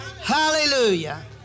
Hallelujah